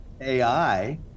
AI